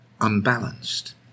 unbalanced